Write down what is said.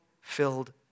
filled